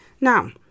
Now